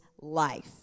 life